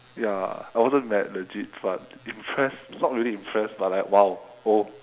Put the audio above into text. ya I wasn't mad legit but impressed not really impressed but like !wow! oh